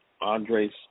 Andres